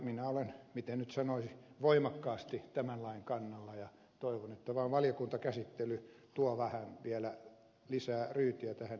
minä olen miten nyt sanoisi voimakkaasti tämän lain kannalla ja toivon että valiokuntakäsittely tuo vähän vielä lisää ryytiä tähän ihmisoikeuspuoleen